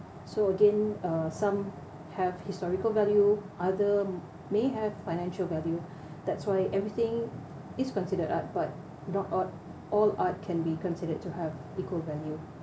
so again uh some have historical value other may have financial value that's why everything is considered art but not all all art can be considered to have equal value